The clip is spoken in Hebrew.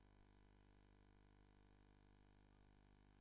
של אישורי כניסה,